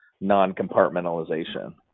non-compartmentalization